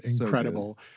incredible